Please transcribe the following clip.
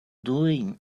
doing